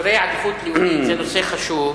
אזורי עדיפות לאומית זה נושא חשוב,